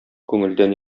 күңелдән